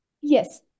Yes